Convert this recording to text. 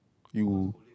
you